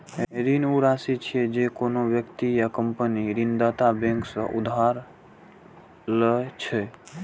ऋण ऊ राशि छियै, जे कोनो व्यक्ति या कंपनी ऋणदाता बैंक सं उधार लए छै